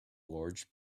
large